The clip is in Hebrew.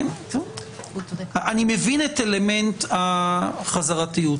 אני מבין את אלמנט החזרתיות,